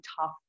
tough